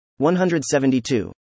172